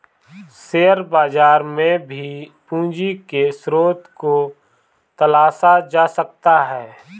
share बाजार में भी पूंजी के स्रोत को तलाशा जा सकता है